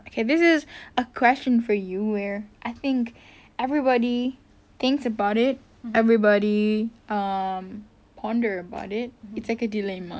okay this is a question for you where I think everybody thinks about it everybody um ponder about it it's a dilemma